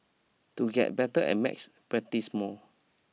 to get better at maths practise more